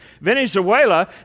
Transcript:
Venezuela